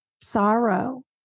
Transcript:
sorrow